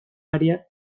área